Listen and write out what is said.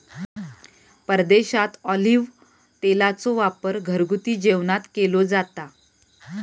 परदेशात ऑलिव्ह तेलाचो वापर घरगुती जेवणात केलो जाता